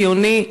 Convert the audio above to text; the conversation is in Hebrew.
ציוני,